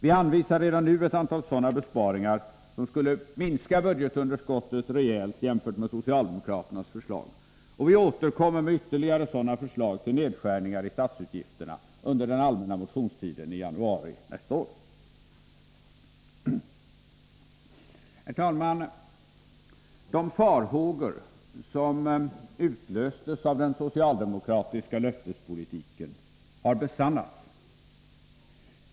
Vi anvisar redan nu ett antal sådana besparingar som skulle minska budgetunderskottet rejält jämfört med socialdemokraternas förslag, och vi återkommer med ytterligare sådana förslag till nedskärningar i statsutgifterna under den allmänna motionstiden i januari nästa år. Herr talman! De farhågor som utlöstes av den socialdemokratiska löftespolitiken har besannats.